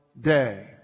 day